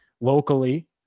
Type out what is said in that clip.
locally